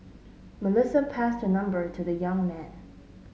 Melissa passed her number to the young man